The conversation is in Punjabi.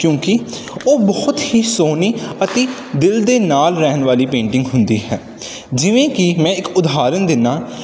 ਕਿਉਂਕਿ ਉਹ ਬਹੁਤ ਹੀ ਸੋਹਣੀ ਅਤੇ ਦਿਲ ਦੇ ਨਾਲ ਰਹਿਣ ਵਾਲੀ ਪੇਂਟਿੰਗ ਹੁੰਦੀ ਹੈ ਜਿਵੇਂ ਕਿ ਮੈਂ ਇੱਕ ਉਦਾਹਰਨ ਦਿੰਦਾ